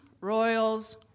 Royals